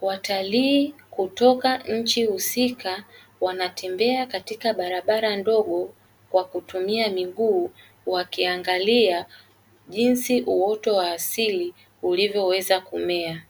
watalii kutoka nchi husika wanatembea katika barabara ndogo kwa kutumia miguu wakiangalia jinsi uoto wa asili ulivyoweza kumea.